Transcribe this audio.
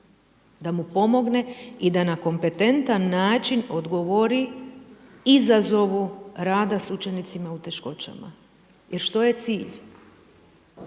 Da mu pomogne i da na kompetentan način odgovori izazovu rada s učenicima u teškoćama. Jer, što je cilj?